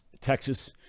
Texas